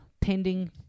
pending